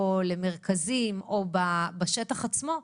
מרכזים או בשטח עצמו,